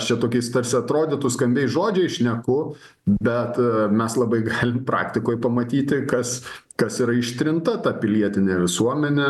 aš čia tokiais tarsi atrodytų skambiais žodžiais šneku bet mes labai galim praktikoj pamatyti kas kas yra ištrinta ta pilietinė visuomenė